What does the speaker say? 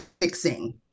fixing